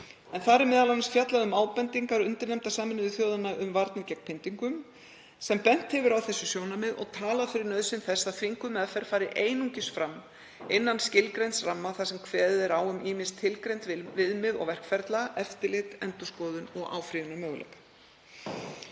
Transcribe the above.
en þar er m.a. fjallað um ábendingar undirnefnda Sameinuðu þjóðanna um varnir gegn pyndingum sem bent hefur á þessi sjónarmið og talað fyrir nauðsyn þess að þvinguð meðferð fari einungis fram innan skilgreinds ramma þar sem kveðið er á um ýmis tilgreind viðmið og verkferla, eftirlit, endurskoðun og áfrýjunarmöguleika.